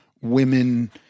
women